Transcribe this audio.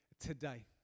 today